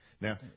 Now